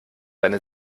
deine